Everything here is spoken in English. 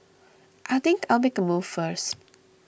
I think I'll make a move first